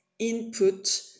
input